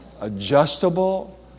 Adjustable